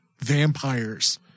vampires